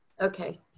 okay